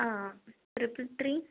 ആ ആ triple three